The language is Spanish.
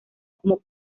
como